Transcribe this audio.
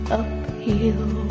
uphill